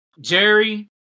Jerry